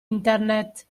internet